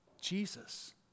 Jesus